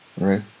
Right